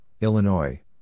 Illinois